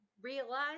realize